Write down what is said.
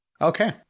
Okay